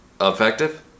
effective